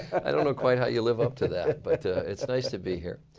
i don't know quite how you live up to that. but it's nice to be here.